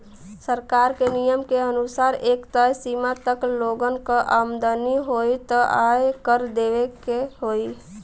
सरकार क नियम क अनुसार एक तय सीमा तक लोगन क आमदनी होइ त आय कर देवे के होइ